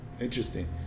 Interesting